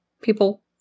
people